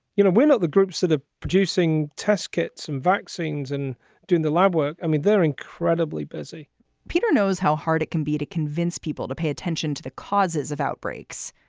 you know, win at the groups that are producing test kits and vaccines and doing the lab work. i mean, they're incredibly busy peter knows how hard it can be to convince people to pay attention to the causes of outbreaks.